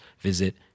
visit